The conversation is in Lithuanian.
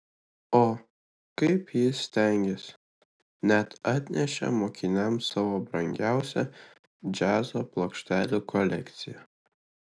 o kaip jis stengėsi net atnešė mokiniams savo brangiausią džiazo plokštelių kolekciją